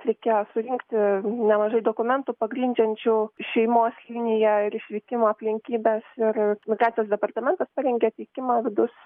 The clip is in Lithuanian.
reikėjo surinkti nemažai dokumentų pagrindžiančių šeimos liniją ir išvykimo aplinkybes ir migracijos departamentas parengė teikimą vidaus